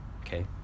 Okay